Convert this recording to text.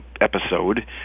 episode